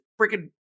freaking